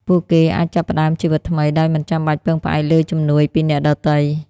ពួកគេអាចចាប់ផ្តើមជីវិតថ្មីដោយមិនចាំបាច់ពឹងផ្អែកលើជំនួយពីអ្នកដទៃ។